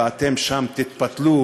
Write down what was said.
ואתם שם תתפתלו,